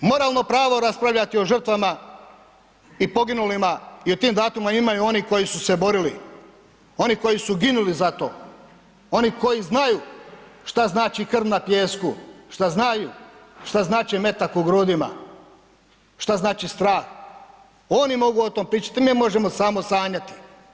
Moralno pravo raspravljati o žrtvama i poginulima i o tim datumima imaju oni koji su se borili, oni koji su ginuli za to. oni koji znaju šta znači krv na pijesku, šta znaju šta znači metak u grudima, šta znači strah, oni mogu o tom pričati, mi možemo samo sanjati.